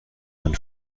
man